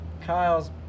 Kyle's